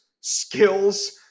skills